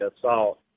assault